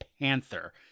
panther